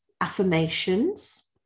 affirmations